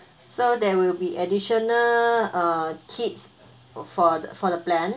so there will be additional uh kids for for the plan